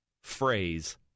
phrase